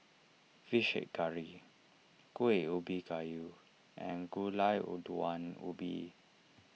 Fish Head Curry Kueh Ubi Kayu and Gulai Wu Daun Ubi